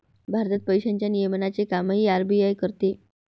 भारतात पैशांच्या नियमनाचे कामही आर.बी.आय करते